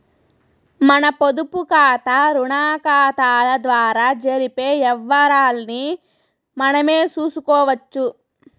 మన పొదుపుకాతా, రుణాకతాల ద్వారా జరిపే యవ్వారాల్ని మనమే సూసుకోవచ్చు